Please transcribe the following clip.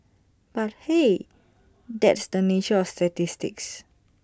but hey that's the nature of statistics